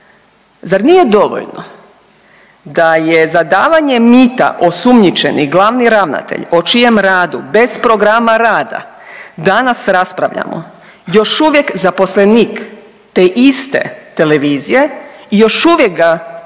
Zar nije dovoljno da je za davanje mita osumnjičeni glavni ravnatelj o čijem radu bez programa rada danas raspravljamo, još uvijek zaposlenik te iste televizije i još uvijek ga plaćaju